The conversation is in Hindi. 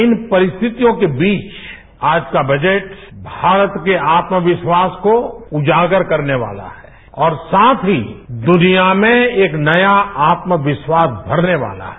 इन परिस्थितियों के बीच आज का बजट भारत के आत्मविश्वास को उजागर करने वाला है और साथ ही दुनिया में एक नया आत्मविश्वास भरने वाला है